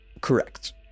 Correct